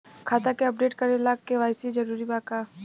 खाता के अपडेट करे ला के.वाइ.सी जरूरी बा का?